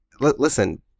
Listen